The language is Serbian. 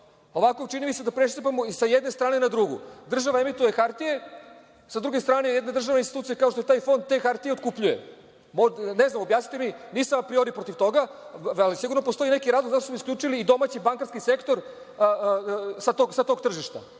čini mi se da presipamo i sa jedne strane na drugu. Država emituje hartije, sa druge strane, jedna država institucija, kao što je taj fond, te hartije otkupljuje. Ne, znam, objasnite mi, nisam vam priori protiv toga, ali sigurno postoji neki razlog zašto smo isključili i domaći bankarski sektor sa tog tržišta. Šta